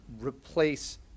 replace